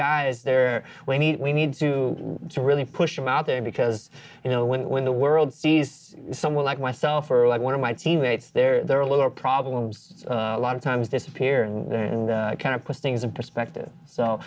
guys there we need we need to really push them out there because you know when when the world sees someone like myself or like one of my teammates they're a little problems a lot of times disappear and kind of push things in perspective so